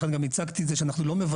לכן גם הצגתי את זה שאנחנו לא מבטלים